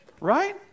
right